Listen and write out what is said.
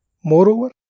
moreover,